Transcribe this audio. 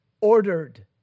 ordered